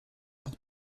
pour